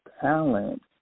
talent